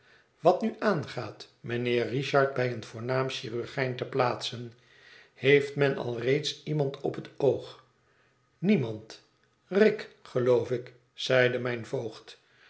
wat nu aangaat mijnheer richard bij een voornaam chirurgijn te plaatsen heeft men alreeds iemand op het oog niemand rick geloof ik zeide mijn voogd